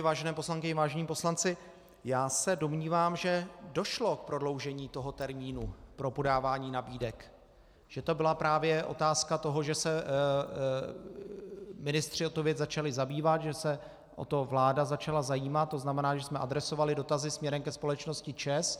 Vážené poslankyně, vážení poslanci, domnívám se, že došlo k prodloužení toho termínu pro podávání nabídek, že to byla právě otázka toho, že se ministři tou věcí začali zabývat, že se vláda o to začala zajímat, to znamená, že jsme adresovali dotazy směrem ke společnosti ČEZ.